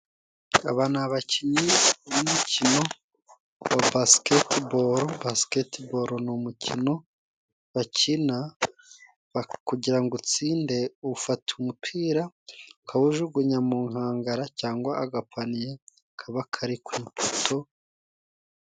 Aba ni abakinnyi b'umukino wa basiketibolo basiketibolo ni umukino bakina kugira ngo utsinde ufata umupira ukawujugunya mu nkangara cyangwa agapaniye kaba kari ku ipoto.